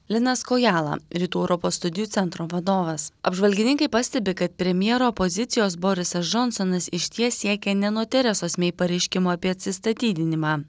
linas kojala rytų europos studijų centro vadovas apžvalgininkai pastebi kad premjero pozicijos borisas džonsonas išties siekė ne nuo teresos mei pareiškimo apie atsistatydinimą